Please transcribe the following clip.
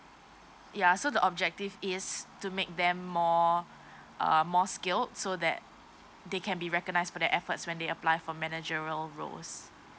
ya so the objective is to make them more uh more skilled so that they can be recognised for their efforts when they apply for managerial roles